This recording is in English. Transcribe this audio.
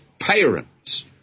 parents